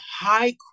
high